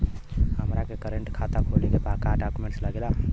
हमारा के करेंट खाता खोले के बा का डॉक्यूमेंट लागेला?